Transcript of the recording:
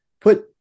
put